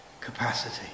capacity